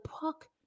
puck